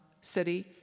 city